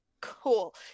Cool